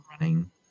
running